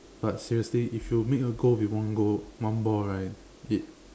but seriously if you make your goal with one goal one ball right it